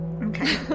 Okay